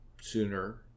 sooner